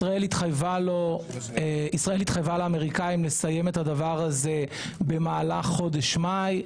ישראל התחייבה לאמריקנים לסיים את הדבר הזה במהלך חודש מאי.